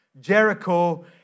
Jericho